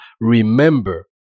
Remember